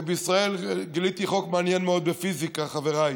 ובישראל גיליתי חוק מעניין מאוד בפיזיקה, חבריי: